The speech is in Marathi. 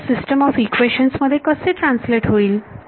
तर हे सिस्टम ऑफ इक्वेशन्स मध्ये कसे ट्रान्सलेट होईल